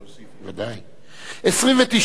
25 נתקבלו.